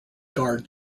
guard